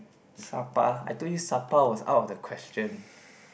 sapa I told you sapa was out of the question